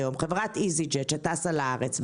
חברת איזיג'ט שטסה לארץ,